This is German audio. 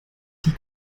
die